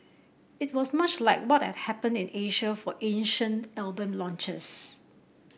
it was much like what had happened in Asia for Asian album launches